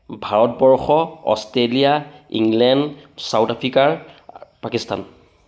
Bharatvarsha Australia England South আফ্ৰিকাৰ পাকিস্তান